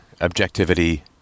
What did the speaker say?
objectivity